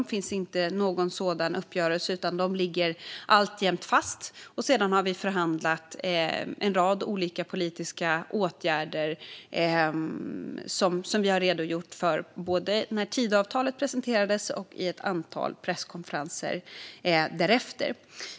Det finns inte någon sådan uppgörelse, utan de ligger alltjämt fast. Vi har förhandlat en rad olika politiska åtgärder som vi har redogjort för både när Tidöavtalet presenterades och i ett antal presskonferenser därefter.